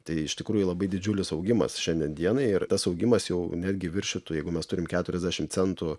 tai iš tikrųjų labai didžiulis augimas šiandien dienai ir tas augimas jau netgi viršytų jeigu mes turim keturiasdešimt centų